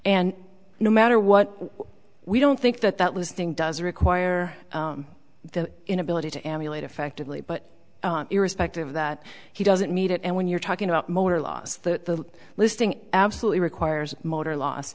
and no matter what we don't think that that listing does require the inability to emulate effectively but irrespective of that he doesn't need it and when you're talking about motor loss the listing absolutely requires motor loss